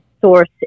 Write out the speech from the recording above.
source